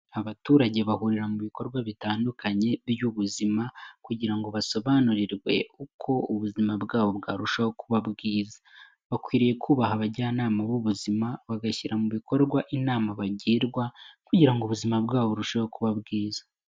Abaturage bahurira mu bikorwa bitandukanye by'ubuzima kugira ngo basobanurirwe uko ubuzima bwabo bwarushaho kuba bwiza. Bakwiriye kubaha abajyanama b'ubuzima bagashyira mu bikorwa inama bagirwa kugira ngo ubuzima bwabo burusheho kuba bwiza.